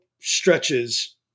stretches